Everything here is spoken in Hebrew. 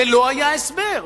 ולא היה הסבר.